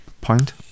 point